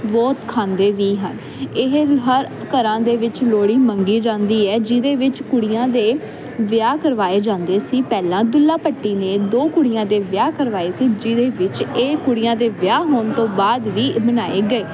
ਬਹੁਤ ਖਾਂਦੇ ਵੀ ਹਨ ਇਹ ਹਰ ਘਰਾਂ ਦੇ ਵਿੱਚ ਲੋਹੜੀ ਮੰਗੀ ਜਾਂਦੀ ਹੈ ਜਿਹਦੇ ਵਿੱਚ ਕੁੜਈਆਂ ਦੇ ਵਿਆਹ ਕਰਵਾਏ ਜਾਂਦੇ ਸੀ ਪਹਿਲਾਂ ਦੁੱਲਾ ਭੱਟੀ ਨੇ ਦੋ ਕੁੜੀਆਂ ਦੇ ਵਿਆਹ ਕਰਵਾਏ ਸੀ ਜਿਹਦੇ ਵਿੱਚ ਇਹ ਕੁੜੀਆਂ ਦੇ ਵਿਆਹ ਹੋਣ ਤੋਂ ਬਾਅਦ ਵੀ ਮਨਾਏ ਗਏ